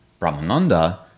brahmananda